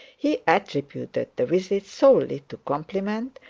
he attributed the visit solely to compliment,